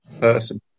person